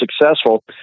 successful